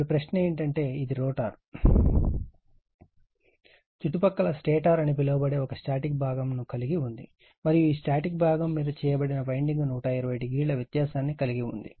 ఇప్పుడు ప్రశ్న ఏమిటంటే ఇది రోటర్ చుట్టుపక్కల స్టేటర్ అని పిలువబడే ఒక స్టాటిక్ భాగం ను కలిగి ఉంది మరియు ఈ స్టాటిక్ భాగం మీద చేయబడిన వైండింగ్ 120 డిగ్రీల వ్యత్యాసాన్ని కలిగి ఉంది